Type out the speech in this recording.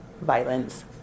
Violence